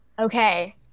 Okay